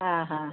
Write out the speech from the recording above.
ಆಂ ಹಾಂ